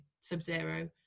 sub-zero